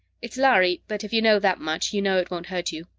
it's lhari, but if you know that much, you know it won't hurt you.